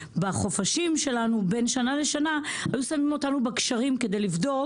ובחופשים שלנו שבין שנה לשנה היו שמים אותנו בגשרים כדי לבדוק,